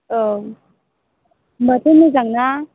औ होम्बाथ' मोजांना